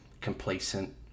complacent